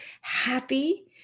happy